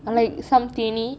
um some theeni